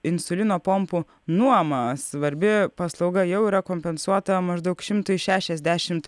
insulino pompų nuoma svarbi paslauga jau yra kompensuota maždaug šimtui šešiasdešimt